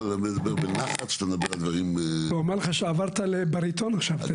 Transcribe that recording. לדבר בנחת כשאתה מדבר על דברים --- הוא אומר לך שעברת לבריטון עכשיו.